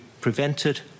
prevented